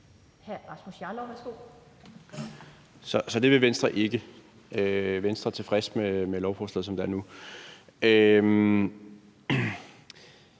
Så det vil Venstre ikke. Venstre er tilfreds med lovforslaget, som det er nu.